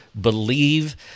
believe